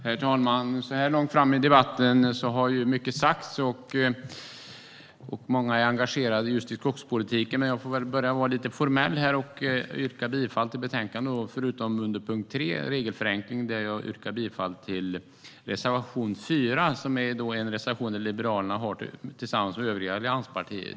Herr talman! Så här långt fram i debatten har mycket sagts, och många är engagerade i just skogspolitiken. Jag får väl börja med att vara lite formell här och yrka bifall till förslaget i betänkandet, förutom under punkt 3 om regelförenkling, där jag yrkar bifall till reservation 4 som Liberalerna har tillsammans med övriga allianspartier.